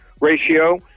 ratio